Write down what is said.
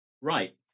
right